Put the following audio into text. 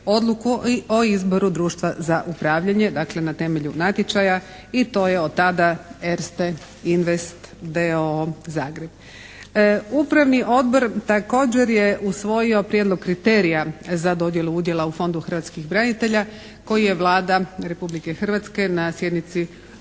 odluku o izboru Društva za upravljanje, dakle na temelju natječaja i to je od tada Erste Invest d.o.o. Zagreb. Upravni odbor također je usvojio prijedlog kriterija za dodjelu udjela u Fondu hrvatskih branitelja koji je Vlada Republike Hrvatske na sjednici održanoj